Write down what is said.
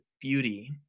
beauty